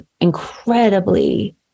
incredibly